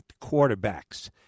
quarterbacks